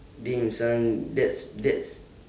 damn son that's that's